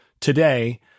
today